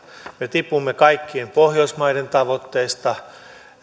me tipumme kaikkien pohjoismaiden tavoitteista